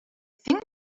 think